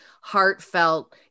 heartfelt